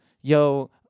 yo